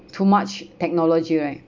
too much technology right